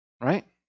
Right